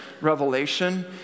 revelation